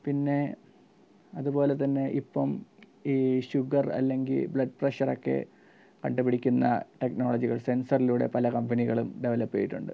പിന്നെ അതുപോലെ തന്നെ ഇപ്പം ഈ ഷുഗർ അല്ലെങ്കിൽ ബ്ലഡ് പ്രഷറൊക്കെ കണ്ടു പിടിക്കുന്ന ടെക്നോളോജികൾ സെൻസറിലൂടെ പല കമ്പനികളും ഡെവലപ്പ് ചെയ്തിട്ടുണ്ട്